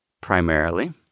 primarily